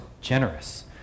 generous